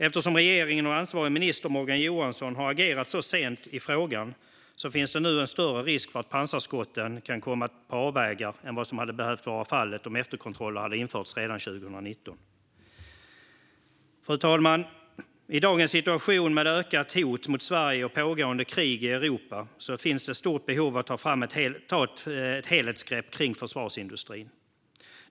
Eftersom regeringen och den ansvarige ministern Morgan Johansson har agerat så sent i frågan finns det nu en större risk för att pansarskotten kan komma på avvägar än vad som hade behövt vara fallet om efterkontroller hade införts redan 2019. Fru talman! I dagens situation med ökat hot mot Sverige och pågående krig i Europa finns det ett stort behov av att ta ett helhetsgrepp kring försvarsindustrin.